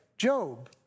Job